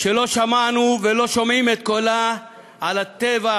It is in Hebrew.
שלא שמענו ולא שומעים את קולה על הטבח,